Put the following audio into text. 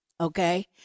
Okay